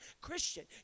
Christian